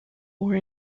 were